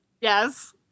Yes